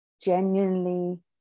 genuinely